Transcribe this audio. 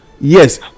Yes